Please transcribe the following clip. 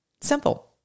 Simple